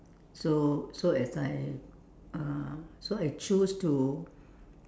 so so as I uh so I choose to